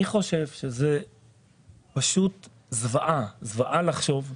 אני חושב שזה פשוט זוועה לחשוב,